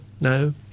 No